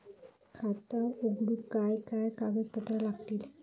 खाता उघडूक काय काय कागदपत्रा लागतली?